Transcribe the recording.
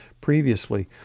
previously